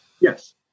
Yes